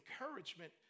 encouragement